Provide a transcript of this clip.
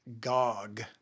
Gog